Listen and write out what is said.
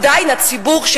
עדיין הציבור,